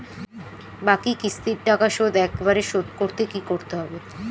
বাকি কিস্তির টাকা শোধ একবারে শোধ করতে কি করতে হবে?